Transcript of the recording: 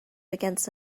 against